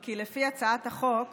כי לפי הצעת החוק